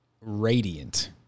radiant